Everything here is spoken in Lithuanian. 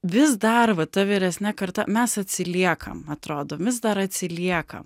vis dar va ta vyresne karta mes atsiliekam atrodo vis dar atsiliekam